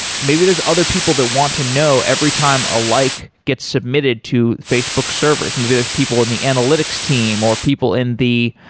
maybe there's other people that want to know every time a like gets submitted to facebook servers, maybe there's people in the analytics team, or people in the